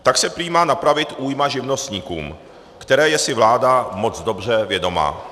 Tak se prý má napravit újma živnostníkům, které je si vláda moc dobře vědoma.